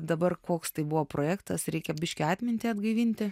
dabar koks tai buvo projektas reikia biškį atmintį atgaivinti